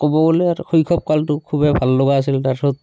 ক'ব গ'লে আৰু শৈশৱ কালটো খুবেই ভাল লগা আছিল তাৰপাছত